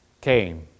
came